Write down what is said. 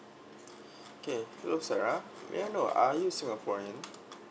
okay hello sarah may I know are you singaporean